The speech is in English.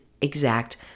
exact